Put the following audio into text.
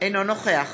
אינו נוכח